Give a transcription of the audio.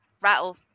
rattle